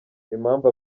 impamvu